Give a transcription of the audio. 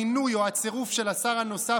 המינוי או הצירוף של השר הנוסף,